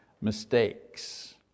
mistakes